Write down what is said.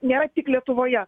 nėra tik lietuvoje